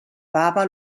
baba